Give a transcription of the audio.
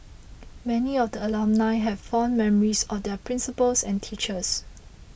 many of the alumnae had fond memories of their principals and teachers